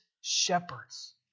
shepherds